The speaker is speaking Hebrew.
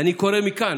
ואני קורא מכאן,